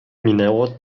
minęło